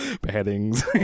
Beheadings